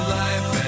life